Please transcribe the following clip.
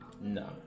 No